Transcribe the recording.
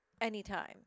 anytime